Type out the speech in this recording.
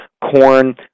Corn